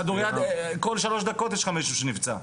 כדוריד, כול שלוש דקות יש לך מישהו שנפצע.